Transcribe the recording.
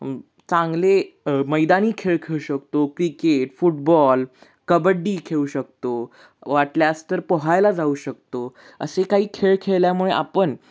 चांगले मैदानी खेळ खेळू शकतो क्रिकेट फुटबॉल कबड्डी खेळू शकतो वाटल्यास तर पोहायला जाऊ शकतो असे काही खेळ खेळल्यामुळे आपण